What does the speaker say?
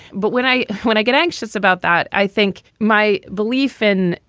but when i when i get anxious about that, i think my belief in,